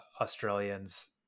Australians